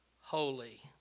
holy